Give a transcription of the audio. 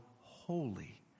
holy